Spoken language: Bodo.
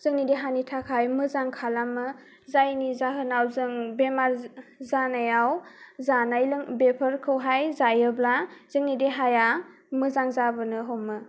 जोंनि देहानि थाखाय मोजां खालामो जायनि जाहोनाव जों बेमार जानायाव जानाय बेफोरखौहाय जायोब्ला जोंनि देहाया मोजां जाबोनो हमो